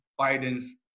Biden's